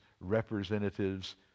representatives